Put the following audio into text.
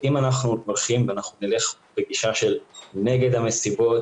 אם אנחנו נלך בגישה של נגד המסיבות,